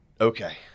Okay